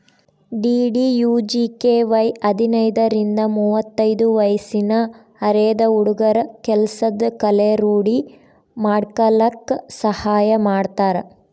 DDUGKY ಹದಿನೈದರಿಂದ ಮುವತ್ತೈದು ವಯ್ಸಿನ ಅರೆದ ಹುಡ್ಗುರ ಕೆಲ್ಸದ್ ಕಲೆ ರೂಡಿ ಮಾಡ್ಕಲಕ್ ಸಹಾಯ ಮಾಡ್ತಾರ